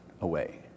away